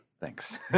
Thanks